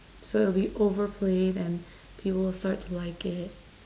so it'll be overplayed and people will start to like it